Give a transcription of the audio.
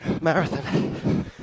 marathon